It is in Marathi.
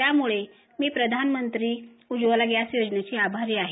त्यामुळे मी प्रधानमंत्री उज्ज्वला गॅस योजनेची आभारी आहे